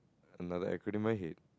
another acronym I hate